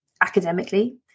academically